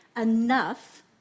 enough